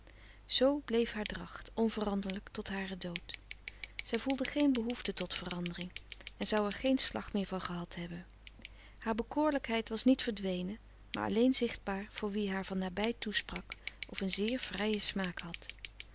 bleef haar dracht onveranderlijk tot haren dood zij voelde geen behoefte tot verandering en zou er geen slag meer van gehad hebben haar bekoorlijkheid was niet verdwenen maar alleen zichtbaar voor wie haar van nabij toesprak of een zeer vrijen smaak had